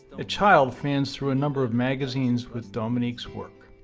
a child fans through a number of magazines with dominique's work.